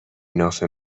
ناف